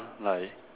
like